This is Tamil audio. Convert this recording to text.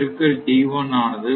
01 ஆகும்